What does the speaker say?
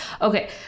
Okay